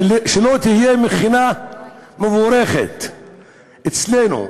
מכינה לא תהיה מבורכת אצלנו.